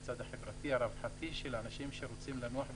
מהצד החברתי-הרווחתי של האנשים שרוצים לנוח בשבת,